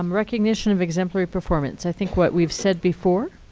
um recognition of exemplary performance i think what we've said before,